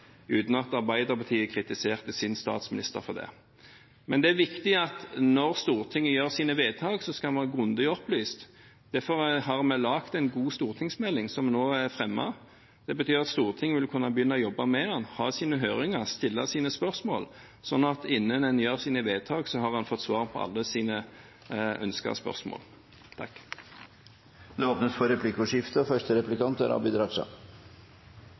uten at Arbeiderpartiet kritiserte sin statsminister for det. Men det er viktig at når Stortinget gjør sine vedtak, skal man være grundig opplyst. Derfor har vi laget en god stortingsmelding, som nå er fremmet. Det betyr at Stortinget vil kunne begynne å jobbe med den, ha sine høringer, stille sine spørsmål, sånn at en innen en gjør sine vedtak har fått svar på alle sine ønsker og spørsmål. Det blir replikkordskifte. Representanten Sverre Myrli snakket om at «vi» hadde vært bekymret for